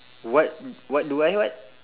what what do I what